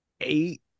eight